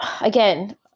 again